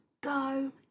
go